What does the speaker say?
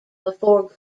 before